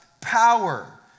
power